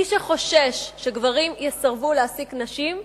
מי שחושש שגברים יסרבו להעסיק נשים,